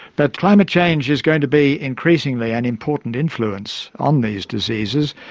but climate change is going to be increasingly an important influence on these diseases.